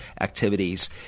activities